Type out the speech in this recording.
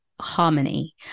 harmony